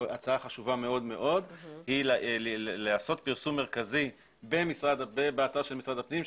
והצעה חשובה מאוד מאוד היא לעשות פרסום מרכזי באתר של משרד הפנים,